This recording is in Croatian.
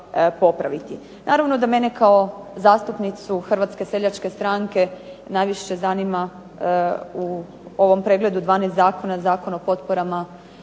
Naravno da mene kao zastupnicu Hrvatske seljačke stranke najviše zanima, u ovom pregledu 12 zakona, Zakon o potporama u